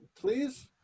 please